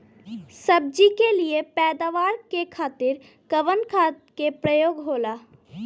सब्जी के लिए पैदावार के खातिर कवन खाद के प्रयोग होला?